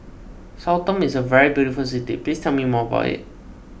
Sao Tome is a very beautiful city please tell me more about it